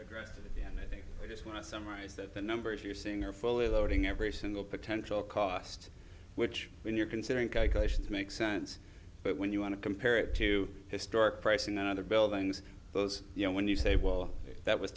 and i think i just want to summarize that the numbers you're seeing are fully loading every single potential cost which when you're considering calculations makes sense but when you want to compare it to historic pricing and other buildings those you know when you say well that was